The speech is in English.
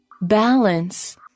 balance